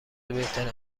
بهترین